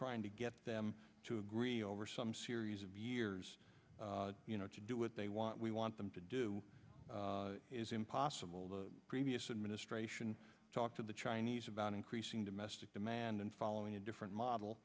trying to get them to agree over some series of years to do what they want we want them to do is impossible the previous administration talked to the chinese about increasing domestic demand and following a different model